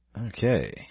Okay